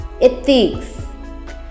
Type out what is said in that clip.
ethics